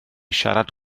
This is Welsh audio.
siarad